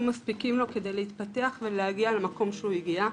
מספיקים לו כדי להתפתח ולהגיע למקום שהוא הגיע.